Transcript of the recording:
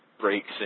breaks